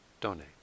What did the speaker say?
donate